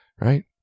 Right